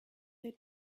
they